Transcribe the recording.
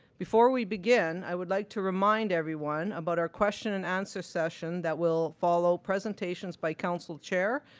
before we begin, i would like to remind everyone about our question and answer session that will follow presentations by council chair,